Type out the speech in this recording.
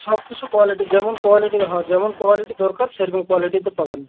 সব কিছু কোয়ালিটি যেমন কোয়ালিটি হয় যেমন কোয়ালিটি দরকার সেরকম কোয়ালিটিতে পাবেন